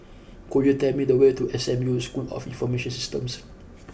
could you tell me the way to S M U School of Information Systems